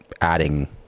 adding